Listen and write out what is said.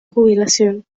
jubilación